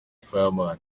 fireman